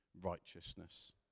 righteousness